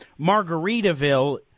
Margaritaville